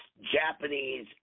Japanese